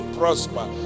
prosper